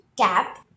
cap